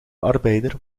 arbeider